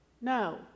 no